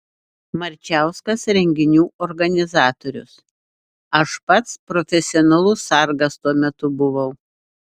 marčauskas renginių organizatorius aš pats profesionalus sargas tuo metu buvau